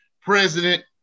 president